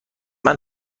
برای